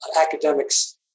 academics